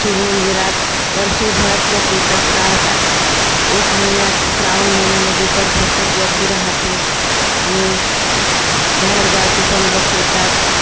शिवमंदिरात वर्षभरात लोक येतात राहतात एक महिन्यात श्रावण महिन्यामध्ये तर भरपूर गर्दी राहते आणि बाहेरगावचे पण लोक येतात